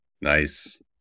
nice